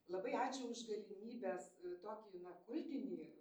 labai ačiū už galimybes tokį na kultinį